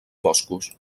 boscos